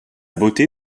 beauté